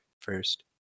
first